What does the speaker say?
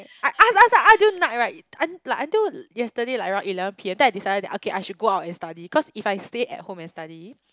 I ask ask ask ask until night right like until yesterday like around eleven P_M then I decided that okay I should go out and study cause if I stay at home and study